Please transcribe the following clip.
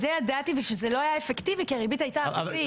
את זה ידעתי ושזה לא היה אפקטיבי כי הריבית הייתה אפסית,